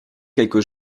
quelque